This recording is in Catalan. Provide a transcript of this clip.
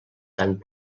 tant